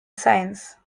science